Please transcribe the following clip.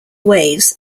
ways